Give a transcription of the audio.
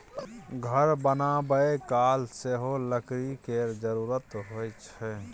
घर बनाबय काल सेहो लकड़ी केर जरुरत होइ छै